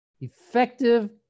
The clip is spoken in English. effective